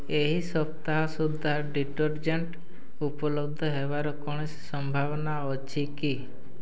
ଏହି ସପ୍ତାହ ସୁଦ୍ଧା ଡ଼ିଟର୍ଜେଣ୍ଟ୍ ଉପଲବ୍ଧ ହେବାର କୌଣସି ସମ୍ଭାବନା ଅଛି କି